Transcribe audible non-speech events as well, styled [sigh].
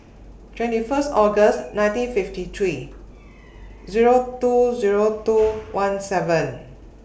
twenty First August nineteen fifty three [noise] Zero two Zero two one seven